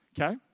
Okay